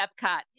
epcot